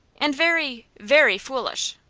and very very foolish.